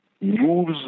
moves